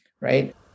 right